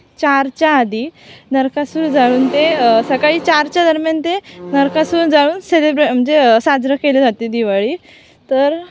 चारच्या आधी नरकासुर जाळून ते सकाळी चारच्या दरम्यान ते नरकासुर जाळून सेलिब्रे म्हणजे साजरं केले जाते दिवाळी तर